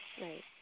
Right